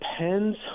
depends